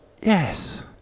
yes